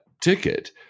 ticket